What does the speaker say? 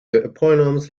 eponymous